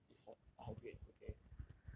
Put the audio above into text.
but is her are her grades okay